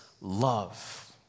love